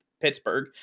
Pittsburgh